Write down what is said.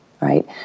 right